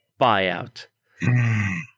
buyout